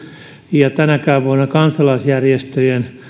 ja tänäkään vuonna kansalaisjärjestöjen